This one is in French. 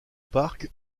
parc